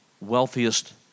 wealthiest